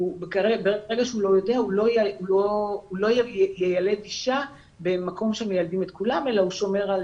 הוא לא יילד אישה במקום שמיילדים את כולן אלא הוא שומר,